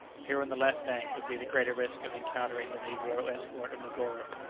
here, on the left bank, would be the greater risk of encountering the negro escort of negoro,